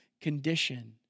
condition